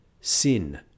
sin